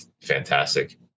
fantastic